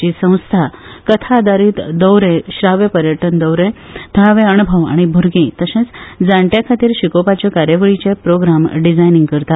जी संस्था कथा आदारीत भोंवड्यो श्राव्य पर्यटन भोंवड्यो थळावे अणभव आनी भूरगीं तशेंच जाणट्यां खातीर शिकोवपाच्यो कार्यावळीचें प्रोग्राम डिझायनींग करता